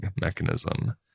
mechanism